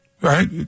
Right